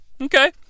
okay